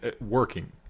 working